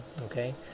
okay